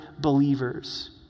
believers